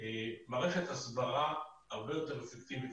מערכת הסברה הרבה יותר אפקטיבית.